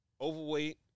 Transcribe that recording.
overweight